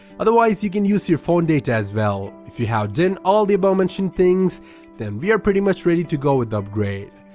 otherwise, you can use your phone data as well. if you have done all the above mentioned things then we are pretty much ready to go with the upgrade.